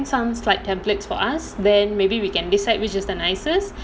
some slide templates for us then maybe we can decide which is the nicest